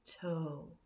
toe